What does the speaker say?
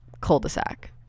cul-de-sac